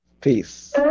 peace